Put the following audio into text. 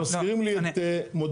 אתם מזכירים לי את מודעי,